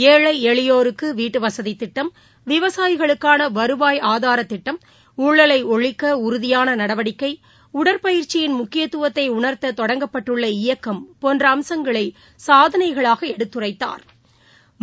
ஏழை எளியோருக்கு வீட்டுவசதி திட்டம் விவசாயிகளுக்கான வருவாய் ஆதாரத் திட்டம் ஊழலை ஒழிக்க உறுதிபான நடவடிக்கை உடற்பயிற்சியின் முக்கியத்துவத்தை உணா்த்த தொடங்கப்பட்டுள்ள இயக்கம் போன்ற அம்சங்களை சாதனைகளாக எடுத்துரைத்தாா்